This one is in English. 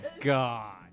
god